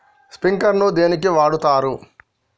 Sprinkler ను దేనికి వాడుతరు?